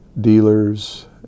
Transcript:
dealers